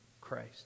Christ